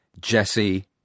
Jesse